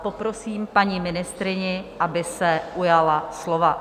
Poprosím paní ministryni, aby se ujala slova.